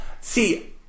See